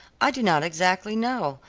i do not exactly know,